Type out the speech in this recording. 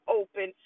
open